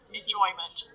enjoyment